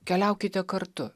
keliaukite kartu